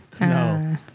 No